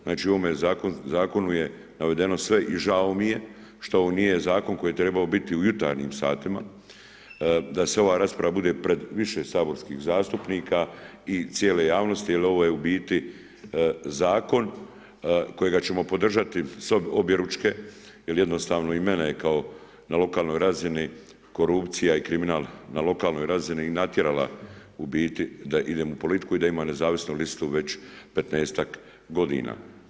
Znači, u ovome Zakonu je navedeno sve i žao mi je što ovo nije Zakon koji je trebao biti u jutarnjim satima, da ova rasprava bude pred više saborskih zastupnika i cijele javnosti jer ovo je, u biti, Zakon kojega ćemo podržati objeručke jer jednostavno i mene kao, na lokalnoj razini, korupcija i kriminal na lokalnoj razini i natjerala, u biti, da idem u politiku i da imam nezavisnu listu već 15-ak godine.